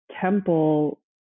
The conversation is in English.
temple